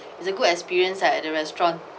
it's a good experience at the restaurant